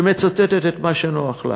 שמצטטת את מה שנוח לה.